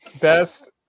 best